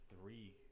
three